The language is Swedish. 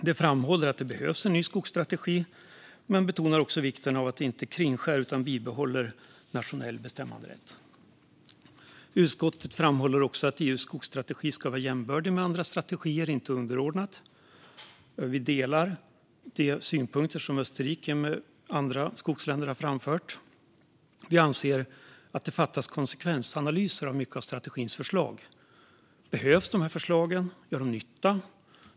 Det framhåller att det behövs en ny skogsstrategi men betonar också vikten av denna inte kringskär utan bibehåller nationell bestämmanderätt. Utskottet framhåller också att EU:s skogsstrategi ska vara jämbördig med andra strategier och inte underordnad dem. Vi delar de synpunkter som Österrike och andra skogsländer har framfört. Vi anser att det fattas konsekvensanalyser av många av strategins förslag. Behövs dessa förslag? Gör de nytta?